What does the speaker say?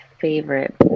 favorite